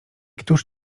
któż